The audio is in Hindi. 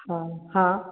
हाँ हाँ